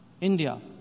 India